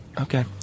Okay